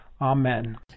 Amen